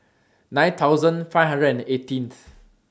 nine five hundred and eighteen